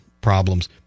problems